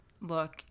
look